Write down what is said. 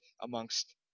amongst